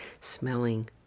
smelling